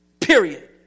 period